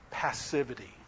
passivity